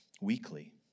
weekly